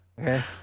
Okay